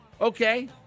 Okay